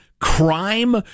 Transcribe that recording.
Crime